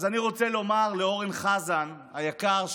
אז אני רוצה לומר לאורן חזן היקר,